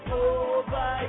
over